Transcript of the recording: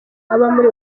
aba